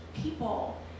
people